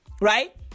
right